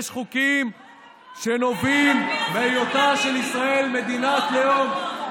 יועז, כל הכבוד.